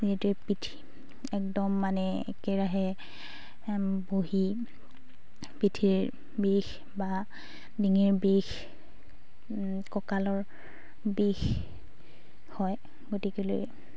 যিহেতু পিঠি একদম মানে একেৰাহে বহি পিঠিৰ বিষ বা ডিঙিৰ বিষ কঁকালৰ বিষ হয় গতিকেলৈ